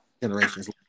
generations